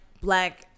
black